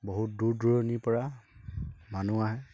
বহুত দূৰ দূৰণিৰ পৰা মানুহ আহে